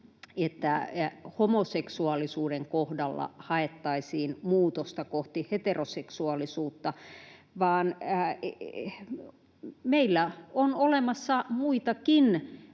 että homoseksuaalisuuden kohdalla haettaisiin muutosta kohti heteroseksuaalisuutta, vaan meillä on olemassa muitakin